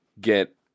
get